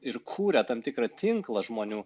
ir kūrė tam tikrą tinklą žmonių